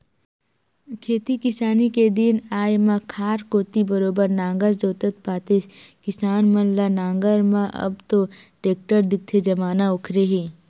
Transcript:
खेती किसानी के दिन आय म खार कोती बरोबर नांगर जोतत पातेस किसान मन ल नांगर म अब तो टेक्टर दिखथे जमाना ओखरे हे